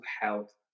health